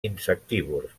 insectívors